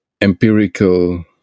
empirical